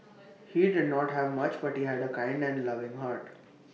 he did not have much but he had A kind and loving heart